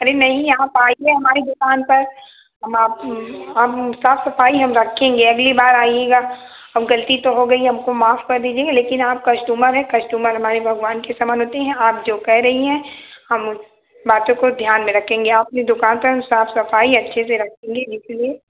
array नहीं आप आईए हमारे दुकान पर हम आप हम साफ सफाई हम रखेंगे अगली बार आइएगा अब गलती तो हो गई हमको माफ कर दीजिए लेकिन आप कस्टुमर हैं कस्टुमर हमारे भगवान के समान होते हैं आप जो कह रही हैं हम बातों को ध्यान में रखेंगे आपनी दुकान पर हम साफ सफाई अच्छे से रखेंगे जिसलिए